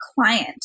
client